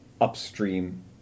Upstream